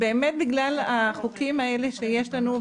באמת בגלל החוקים האלה שיש לנו,